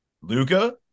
Luca